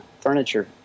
furniture